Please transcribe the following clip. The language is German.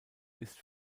ist